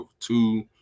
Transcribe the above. two